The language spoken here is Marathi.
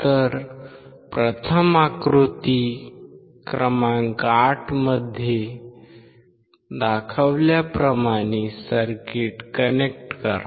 तर प्रथम आकृती 8 मध्ये दाखवल्याप्रमाणे सर्किट कनेक्ट करा